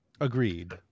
Agreed